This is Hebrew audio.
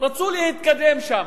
רצו להתקדם שם,